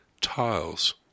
tiles